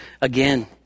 Again